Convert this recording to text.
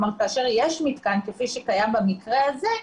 כלומר כאשר יש מתקן כפי שקיים במקרה הזה,